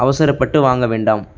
அவசரப்பட்டு வாங்க வேண்டாம்